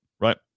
Right